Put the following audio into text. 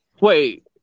Wait